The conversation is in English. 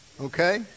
okay